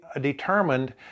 determined